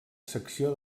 secció